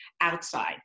outside